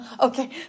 okay